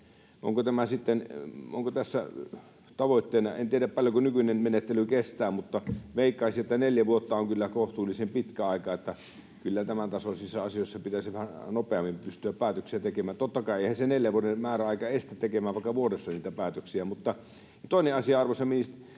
kysyä, onko tässä tavoitteena... En tiedä, paljonko nykyinen menettely kestää, mutta veikkaisin, että neljä vuotta on kyllä kohtalaisen pitkä aika. Kyllä tämän tasoisissa asioissa pitäisi vähän nopeammin pystyä päätöksiä tekemään. Totta kai, eihän se neljän vuoden määräaika estä tekemästä vaikka vuodessa niitä päätöksiä. Toinen asia, arvoisa